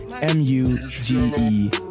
M-U-G-E